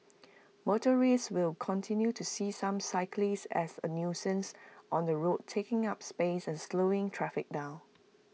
motorists will continue to see some cyclists as A nuisance on the road taking up space and slowing traffic down